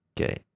Okay